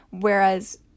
Whereas